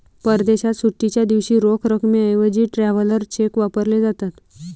परदेशात सुट्टीच्या दिवशी रोख रकमेऐवजी ट्रॅव्हलर चेक वापरले जातात